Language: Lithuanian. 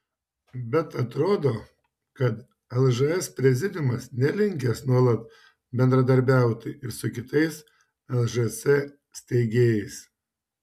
bet atrodo kad lžs prezidiumas nelinkęs nuolat bendradarbiauti ir su kitais lžc steigėjais